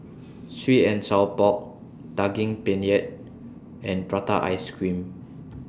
Sweet and Sour Pork Daging Penyet and Prata Ice Cream